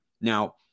now